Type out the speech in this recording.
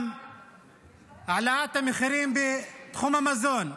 גם העלאת המחירים בתחום המזון.